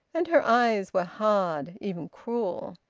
and her eyes were hard, even cruel.